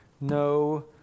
no